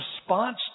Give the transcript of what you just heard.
response